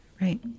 right